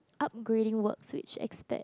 upgrading work which estate